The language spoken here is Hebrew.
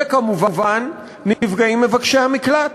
וכמובן, נפגעים מבקשי המקלט,